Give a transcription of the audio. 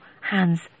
hands